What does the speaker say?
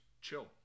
Chill